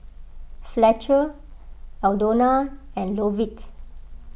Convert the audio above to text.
Fletcher Aldona and Lovett